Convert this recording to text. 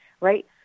right